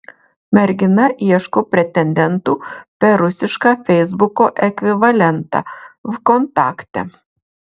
mergina ieško pretendentų per rusišką feisbuko ekvivalentą vkontakte